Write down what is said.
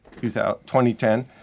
2010